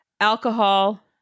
alcohol